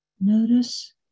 Notice